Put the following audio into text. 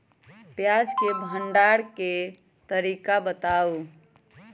प्याज के भंडारण के तरीका बताऊ?